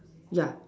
yeah